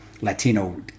latino